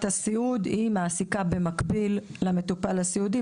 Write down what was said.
הסיעוד מעסיקה במקביל למטופל הסיעודי,